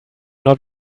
not